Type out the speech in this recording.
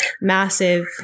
massive